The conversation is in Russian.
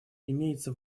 имеется